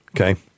okay